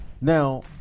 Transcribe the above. Now